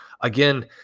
Again